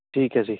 ਠੀਕ ਹੈ ਜੀ